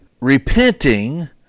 repenting